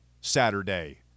Saturday